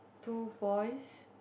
two boys